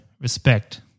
respect